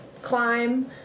climb